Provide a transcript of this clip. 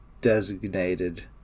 designated